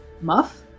muff